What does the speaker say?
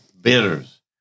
bitters